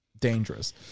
dangerous